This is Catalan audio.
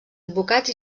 advocats